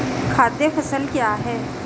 खाद्य फसल क्या है?